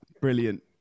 brilliant